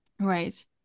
right